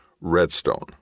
Redstone